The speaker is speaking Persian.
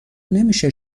نمیشه